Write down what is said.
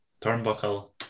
turnbuckle